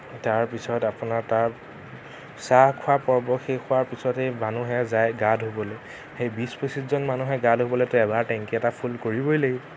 তাৰ পিছত আপোনাৰ তাত চাহ খোৱাৰ পৰ্ব শেষ হোৱাৰ পিছতেই মানুহে যায় গা ধুবলৈ সেই বিশ পঁচিশজন মানুহে গা ধুবলৈ এবাৰ টেংকী এটা ফুল কৰিবই লাগিব